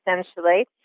essentially